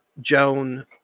Joan